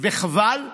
וחבל.